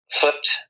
flipped